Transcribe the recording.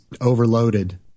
overloaded